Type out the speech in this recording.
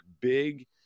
big